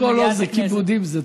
כל עוד זה כיבודים, זה טוב.